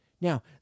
Now